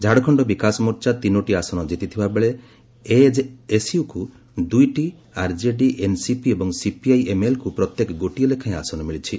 ଝାଡ଼ଖଣ୍ଡ ବିକାଶ ମୋର୍ଚ୍ଚା ତିନୋଟି ଆସନ ଜିତିଥିବା ବେଳେ ଏଜେଏସ୍ୟୁକୁ ଦୁଇଟି ଆର୍ଜେଡି ଏନ୍ସିପି ଏବଂ ସିପିଆଇଏମ୍ଏଲ୍କୁ ପ୍ରତ୍ୟେକ ଗୋଟିଏ ଲେଖାଏଁ ଆସନ ମିଳିଛି